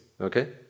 okay